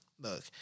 look